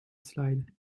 slide